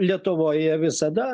lietuvoje visada